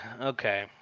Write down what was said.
Okay